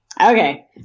Okay